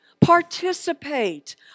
Participate